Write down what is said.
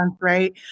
right